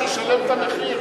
שישלם את המחיר,